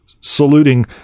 saluting